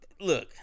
look